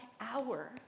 hour